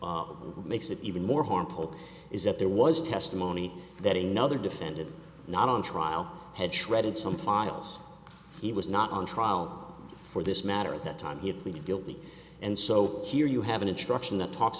makes it even more harmful is that there was testimony that in other defendant not on trial had shredded some files he was not on trial for this matter at that time he pleaded guilty and so here you have an instruction that talks